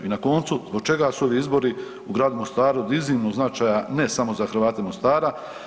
I na koncu, zbog čega su ovi izbori u gradu Mostaru od iznimnog značaja ne samo za Hrvate Mostara?